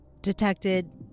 Detected